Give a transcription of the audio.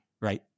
right